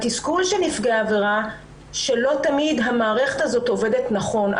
התסכול של נפגעי העבירה הוא שלא תמיד המערכת הזו עובדת נכון.